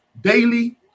daily